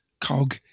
cog